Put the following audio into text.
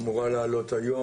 היא אמורה לעלות היום,